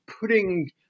putting